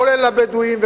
כולל לגבי הבדואים,